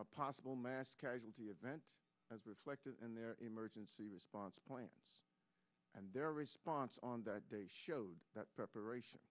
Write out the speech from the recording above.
a possible mass casualty event as reflected in their emergency response plan and their response on that day showed that preparation